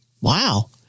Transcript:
Wow